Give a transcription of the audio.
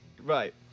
Right